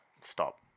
stop